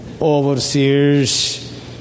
overseers